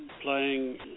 playing